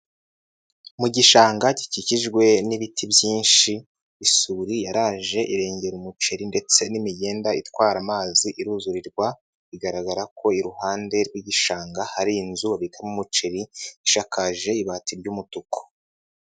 Mu gishanga gikikijwe n'ibiti byinshi, isuri yaraje irengera umuceri ndetse n'imigende itwara amazi iruzurirwa, bigaragara ko iruhande rw'igishanga hari inzuka ibika umuceri, ishakaje ibati ry'umutuku.